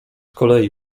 kolei